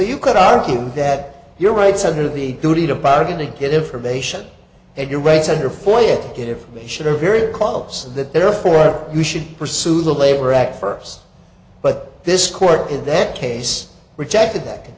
you could argue that your rights under the duty to bargain to get information and your rights and therefore you get information or various quotes that therefore you should pursue the labor act first but this court in that case rejected that